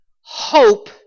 Hope